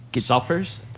suffers